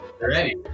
Ready